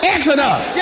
Exodus